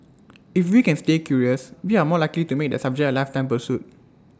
if we can stay curious we are more likely to make that subject A lifetime pursuit